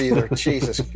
Jesus